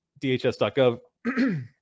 DHS.gov